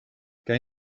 kaj